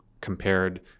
compared